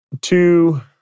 two